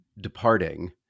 departing